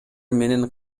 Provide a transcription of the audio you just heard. менен